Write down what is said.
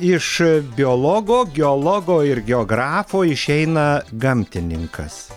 iš biologo geologo ir geografo išeina gamtininkas